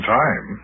time